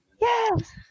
yes